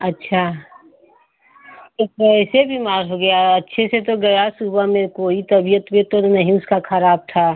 अच्छा कैसे बीमार हो गया अच्छे से तो गया सुबह में कोई तबियत ओबियत तो नहीं उसका खराब था